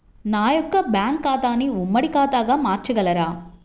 నా యొక్క బ్యాంకు ఖాతాని ఉమ్మడి ఖాతాగా మార్చగలరా?